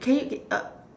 can you get uh